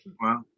wow